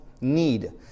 need